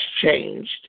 changed